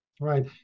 Right